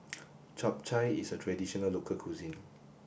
Chap Chai is a traditional local cuisine